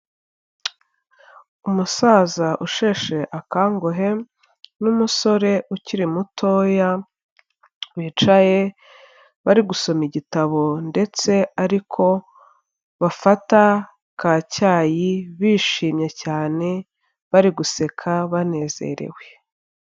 Umusaza usheshe akanguhe n'umusore ukiri mutoya, bicaye bari gusoma igitabo ndetse ariko bafata ka cyayi bishimye cyane bari guseka banezerewe.